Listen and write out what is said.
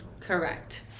Correct